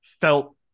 felt